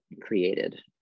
created